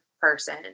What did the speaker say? person